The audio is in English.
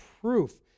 proof